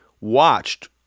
watched